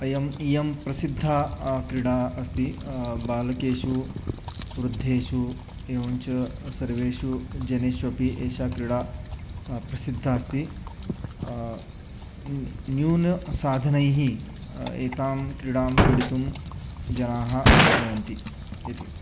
अयम् इयं प्रसिद्धा क्रीडा अस्ति बालकेषु वृद्धेषु एवञ्च सर्वेषु जनेषु अपि एषा क्रीडा प्रसिद्धा अस्ति न् न्यूनसाधनैः एतां क्रीडां क्रीडितुं जनाः शक्नुवन्ति इति